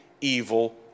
evil